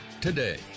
today